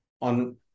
on